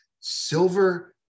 silver